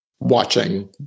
watching